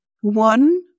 one